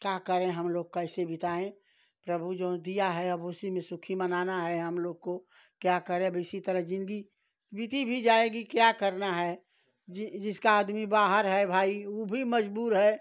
क्या करें हमलोग कैसे बिताएँ प्रभु जो दिया है अब उसी में सुखी मनाना है हमलोग को क्या करें अब इसी तरह ज़िन्दगी बीत भी जाएगी क्या करना है जिसका आदमी बाहर है भाई वह भी मज़बूर है